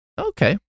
okay